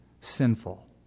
sinful